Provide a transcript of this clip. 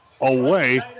away